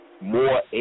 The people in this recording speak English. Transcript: more